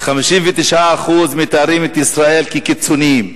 59% מתארים את ישראל כקיצוניים,